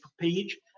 page